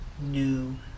new